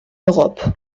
europe